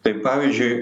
tai pavyzdžiui